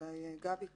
אולי גבי תסביר.